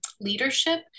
leadership